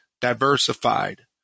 diversified